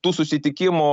tų susitikimų